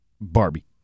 Barbie